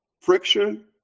friction